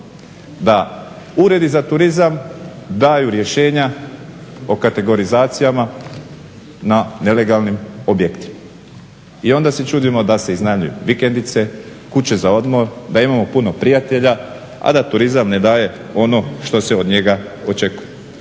da Uredi za turizam daju rješenja o kategorizacijama na nelegalnim objektima. I onda se čudimo da se iznajmljuju vikendice, kuće za odmor, da imamo puno prijatelja, a da turizam ne daje ono što se od njega očekuje.